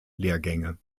lehrgänge